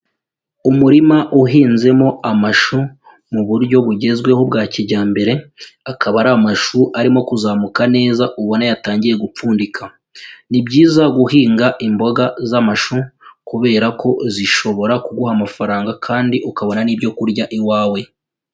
Umurima uhinzemo amashu mu buryo bugezweho bwa kijyambere, akaba ari amashu arimo kuzamuka neza ubona yatangiye gupfundika. Ni byiza guhinga imboga z'amashu kubera ko zishobora kuguha amafaranga kandi ukabona n'ibyo kurya iwawe.